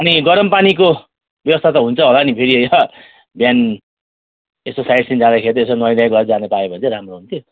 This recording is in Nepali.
अनि गरम पानीको व्यवस्था त हुन्छ होला नि फेरि बिहान यसो साइट सिन जाँदाखेरि यसो नुहाइघुवाइ गरे जानु पाए भने चाहिँ राम्रो हुन्थ्यो